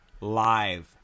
live